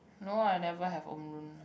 no lah I never have owned room